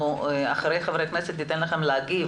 - אחרי חברי הכנסת ניתן לכם להגיב.